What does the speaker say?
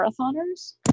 marathoners